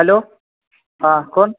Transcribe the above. hello हां कोण